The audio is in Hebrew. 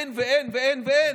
אין ואין ואין ואין.